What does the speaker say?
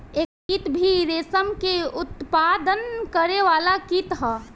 एरी कीट भी रेशम के उत्पादन करे वाला कीट ह